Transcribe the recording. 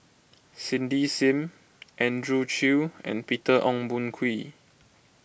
Cindy Sim Andrew Chew and Peter Ong Boon Kwee